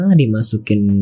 dimasukin